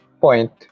point